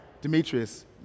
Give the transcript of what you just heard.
Demetrius